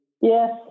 Yes